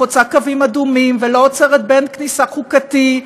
חוצה קווים אדומים ולא עוצרת באין-כניסה חוקתי,